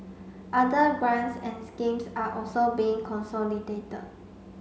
other grants and schemes are also being consolidated